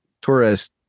Torres